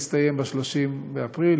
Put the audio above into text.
להסתיים ב-30 באפריל,